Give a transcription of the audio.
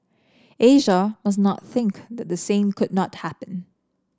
Asia must not think that the same could not happen